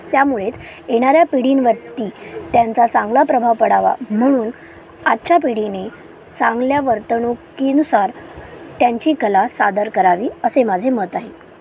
त्यामुळेच येणाऱ्या पिढींवरती त्यांचा चांगला प्रभाव पडावा म्हणून आजच्या पिढीने चांगल्या वर्तणुकीनुसार त्यांची कला सादर करावी असे माझे मत आहे